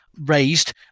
raised